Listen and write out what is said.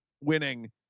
winning